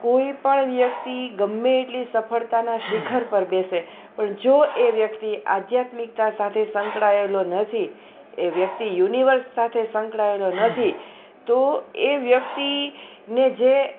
કોઈ પણ વ્યક્તિ ગમે એટલી સફળતાના શિખર પર બેસે પણ જો એ વ્યક્તિ આધ્યાત્મિકતા સાથે સંકળાયેલો નથી એ વ્યક્તિ યુનિવર્સ સાથે સંકળાયેલો નથી તો એ વ્યક્તિને જે